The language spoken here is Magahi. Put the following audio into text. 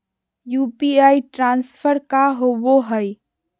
यू.पी.आई ट्रांसफर का होव हई?